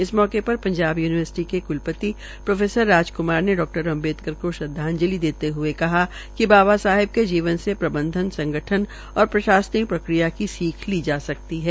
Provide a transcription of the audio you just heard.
इस मौके पर पंजाब यूनिवर्सिटी के क्लपति प्रो राजक्मार ने डॉ अम्बेडकर को श्रद्वाजंलि देते हुए कहा कि बाबा साहेब के जीवन से प्रबंधन संगठन और प्रशासनिक प्रक्रिया की सीख ली जा सकती है